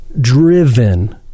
driven